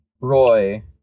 Roy